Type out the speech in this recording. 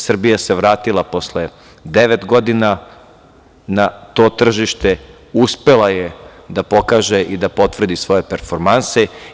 Srbija se vratila posle devet godina na to tržište, uspela je da pokaže i potvrdi svoje performanse.